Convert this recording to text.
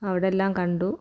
അവിടെയെല്ലാം കണ്ടു